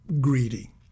greedy